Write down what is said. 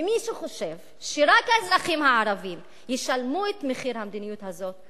ומי שחושב שרק האזרחים הערבים ישלמו את מחיר המדיניות הזאת,